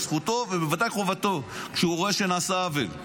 זו זכותו, ובוודאי חובתו, כשהוא רואה שנעשה עוול.